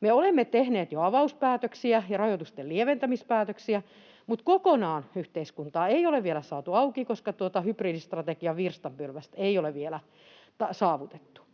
Me olemme tehneet jo avauspäätöksiä ja rajoitusten lieventämispäätöksiä, mutta kokonaan yhteiskuntaa ei ole vielä saatu auki, koska tuota hybridistrategian virstanpylvästä ei ole vielä saavutettu.